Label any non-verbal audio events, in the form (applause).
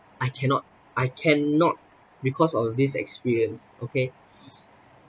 I cannot I cannot because of this experience okay (breath)